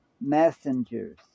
messengers